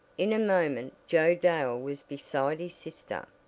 in a moment joe dale was beside his sister.